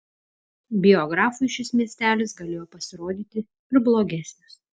biografui šis miestelis galėjo pasirodyti ir blogesnis